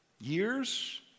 Years